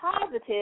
positive